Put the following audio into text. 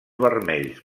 vermells